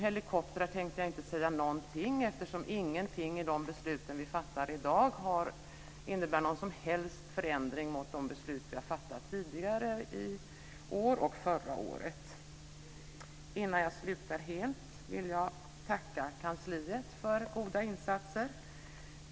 Jag tänkte inte säga någonting om helikoptrar. Ingenting i de beslut som vi fattar i dag innebär någon som helst förändring mot de beslut vi har fattat tidigare i år och förra året. Innan jag slutar helt vill jag tacka kansliet för goda insatser.